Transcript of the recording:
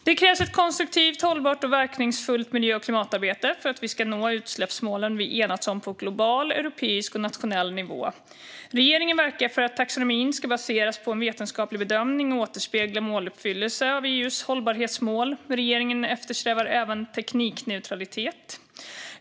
Det krävs ett konstruktivt, hållbart och verkningsfullt miljö och klimatarbete för att vi ska nå de utsläppsmål vi enats om på global, europeisk och nationell nivå. Regeringen verkar för att taxonomin ska baseras på en vetenskaplig bedömning och återspegla måluppfyllelse av EU:s hållbarhetsmål. Regeringen eftersträvar även teknikneutralitet.